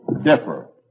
differ